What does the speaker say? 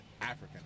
African